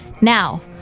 Now